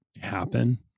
happen